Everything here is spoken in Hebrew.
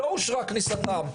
לא אושרה כניסתם,